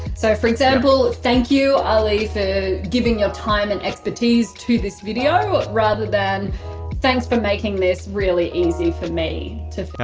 so for example thank you ali for giving your time and expertise to this video, ah rather than thanks for making this really easy for me!